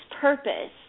purpose